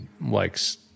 likes